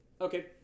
Okay